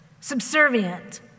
subservient